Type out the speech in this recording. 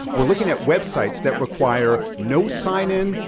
we're looking at websites that require no sign in,